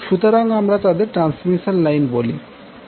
সুতরাং আমরা তাদের ট্রান্সমিশন লাইন বলি